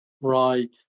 Right